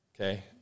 okay